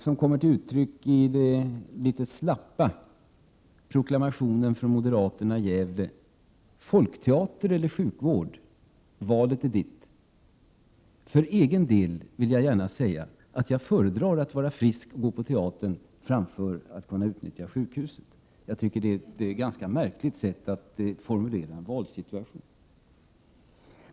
Den kommer till uttryck i den litet slappa proklamationen från moderaterna i Gävle: folkteater eller sjukvård — valet är ditt! För egen del föredrar jag att vara frisk och kunna gå på teatern framför att kunna utnyttja sjukhuset. Jag tycker det är ett märkligt sätt att formulera en valsituation.